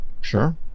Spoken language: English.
Sure